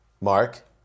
Mark